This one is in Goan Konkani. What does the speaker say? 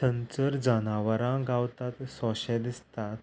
थंयसर जनावरां गावता सोंशे दिसतात